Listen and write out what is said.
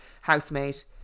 housemate